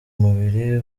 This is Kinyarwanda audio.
mubiri